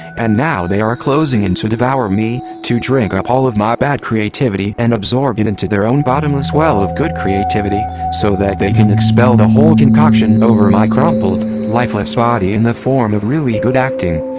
and now they are closing in to devour me, to drink up all of my bad creativity and absorb it into their own bottomless well of good creativity, so that they can expel the whole concoction over my crumpled, lifeless body in the form of really good acting!